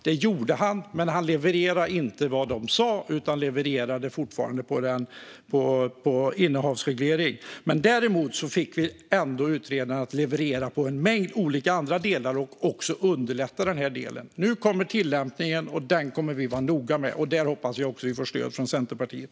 Det gjorde han, men han levererade inte utifrån vad de sa, utan han levererade fortfarande utifrån innehavsreglering. Däremot fick vi ändå utredaren att leverera en mängd olika andra delar och också att underlätta denna del. Nu kommer tillämpningen, och den kommer vi att vara noga med. Där hoppas jag att vi får stöd från Centerpartiet.